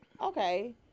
okay